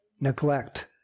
neglect